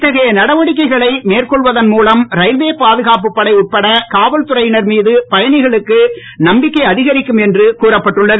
இத்தகைய நடவடிக்கைகளை மேற்கொள்வதன் மூலம் ரயில்வே பாதுகாப்புப் படை உட்பட காவல்துறையினர் மீது பயணிகளுக்கு நம்பிக்கை அதிகரிக்கும் என்று கூறப்பட்டுள்ளது